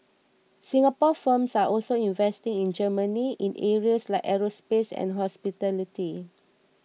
Singapore firms are also investing in Germany in areas like aerospace and hospitality